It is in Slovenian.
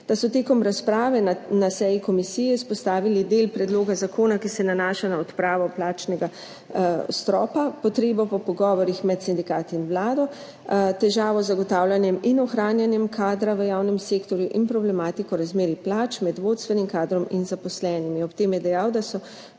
Da so med razpravo na seji komisije izpostavili del predloga zakona, ki se nanaša na odpravo plačnega stropa, potrebo po pogovorih med sindikati in Vlado, težavo z zagotavljanjem in ohranjanjem kadra v javnem sektorju in problematiko razmerij plač med vodstvenim kadrom in zaposlenimi. Ob tem je dejal, da so